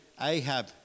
Ahab